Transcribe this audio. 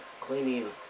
cleaning